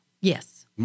Yes